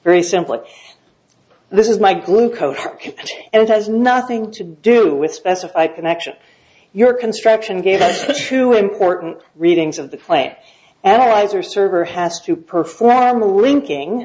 very simply this is my glucose and it has nothing to do with specify connection your construction gave the two important readings of the plant analyzer server has to perform the linking